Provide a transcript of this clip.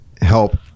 help